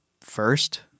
first